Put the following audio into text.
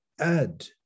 add